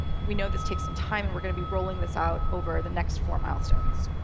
we know this takes some time, and we're going to be rolling this out over the next four milestones.